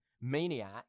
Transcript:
Maniac